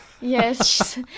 Yes